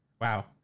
Wow